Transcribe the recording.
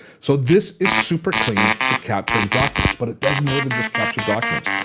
so this is super clean for capturing documents but it does more than just capture documents.